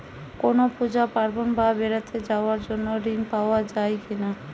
কোনো পুজো পার্বণ বা বেড়াতে যাওয়ার জন্য ঋণ পাওয়া যায় কিনা?